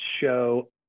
show